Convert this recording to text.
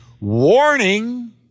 warning